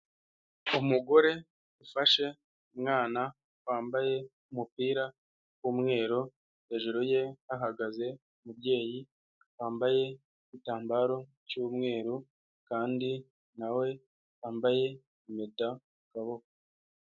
Umugore ufashe umwana wambaye umupira w'umweru hejuru ye hahagaze umubyeyi wambaye igitambaro cy'umweru kandi na we wambaye impeta amaboko.